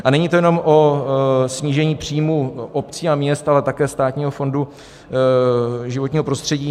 A není to jenom o snížení příjmů obcí a měst, ale také Státního fondu životního prostředí.